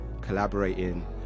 collaborating